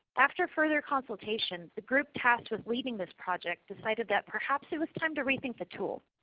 after further complications the group tasked with leading this project decided that perhaps it was time to rethink the tool.